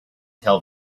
tell